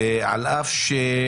בממשלה,